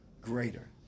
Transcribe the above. greater